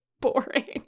boring